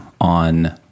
on